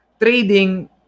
trading